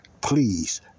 please